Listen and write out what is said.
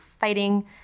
fighting